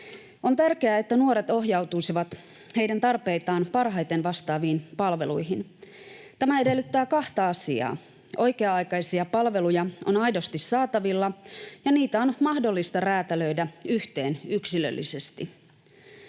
On tärkeää, että nuoret ohjautuisivat heidän tarpeitaan parhaiten vastaaviin palveluihin. Tämä edellyttää kahta asiaa: oikea-aikaisia palveluja on aidosti saatavilla ja niitä on mahdollista räätälöidä yhteen yksilöllisesti.